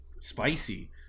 Spicy